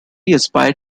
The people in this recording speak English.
aspire